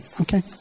Okay